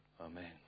Amen